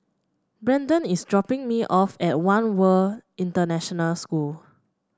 Brenden is dropping me off at One World International School